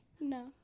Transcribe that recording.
No